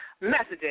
Messages